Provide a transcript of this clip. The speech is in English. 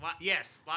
Yes